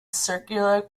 circular